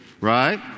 right